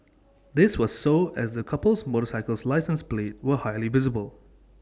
this was so as the couple's motorcycle license plates were highly visible